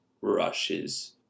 rushes